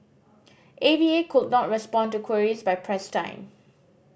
A V A could not respond to queries by press time